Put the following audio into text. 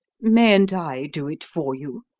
mayn't i do it for you?